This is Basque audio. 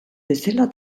bezala